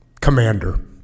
commander